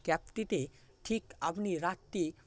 ক্যাবটিতে ঠিক আপনি রাত্রি